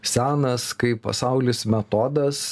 senas kaip pasaulis metodas